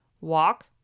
walk